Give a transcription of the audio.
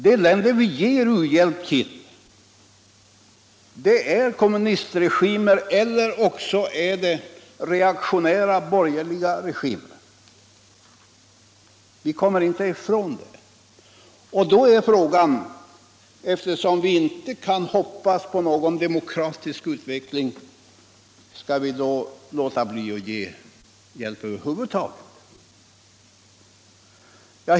De länder till vilka vi ger u-hjälp har kommunistregimer eller reaktionära borgerliga regimer. Vi kommer inte ifrån det. Då är frågan: Skall vi då, eftersom vi inte kan hoppas på någon demokratisk utveckling, låta bli att ge någon hjälp över huvud taget?